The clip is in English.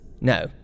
No